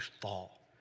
fall